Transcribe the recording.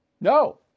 No